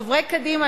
חברי קדימה,